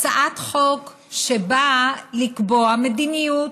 הצעת חוק שבאה לקבוע מדיניות.